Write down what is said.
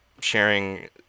sharing